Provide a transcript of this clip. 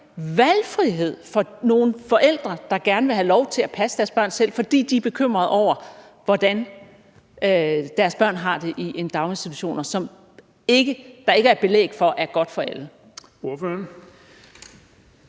valgfrihed for nogle forældre, der gerne vil have lov til at passe deres børn selv, fordi de er bekymrede over, hvordan deres børn har det i en daginstitution. Og der er ikke belæg for, at det er godt for alle.